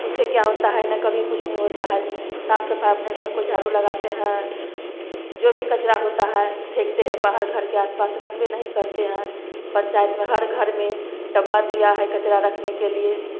उससे क्या होता है कभी कुछ नहीं होता है साफ सफाई अपने घर को झाड़ू लगाते हैं जो भी कचरा होता हैं फेंकते हैं बाहर घर के आस पास रखते नहीं करते हैं पंचायत में हर घर में डब्बा दिया है कचरा रखने के लिए